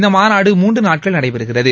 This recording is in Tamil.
இந்த மாநாடு மூன்று நாட்கள் நடைபெறுகிறது